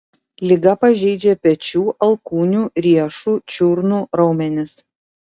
liga pažeidžia pečių alkūnių riešų čiurnų raumenis